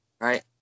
right